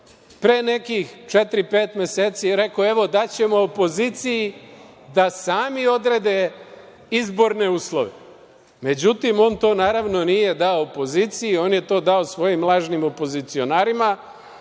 Pre nekih četiri-pet meseci rekao je evo daćemo opoziciji da sami odrede izborne uslove. Međutim, on to naravno nije dao opoziciji, on je to dao svojim lažnim opozicionarima